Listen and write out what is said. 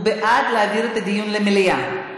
הוא בעד להעביר את הדיון למליאה.